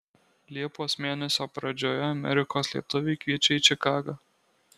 liepos mėnesio pradžioje amerikos lietuviai kviečia į čikagą